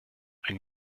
ein